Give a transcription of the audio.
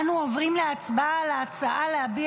אנו עוברים להצבעה על ההצעה להביע